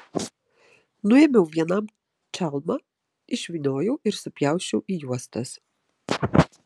nuėmiau vienam čalmą išvyniojau ir supjausčiau į juostas